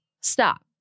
Stop